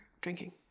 drinking